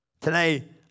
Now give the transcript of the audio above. Today